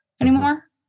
anymore